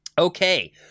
Okay